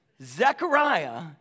Zechariah